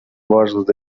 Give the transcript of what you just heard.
важность